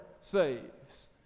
saves